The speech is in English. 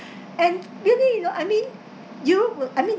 and really you know I mean you will I mean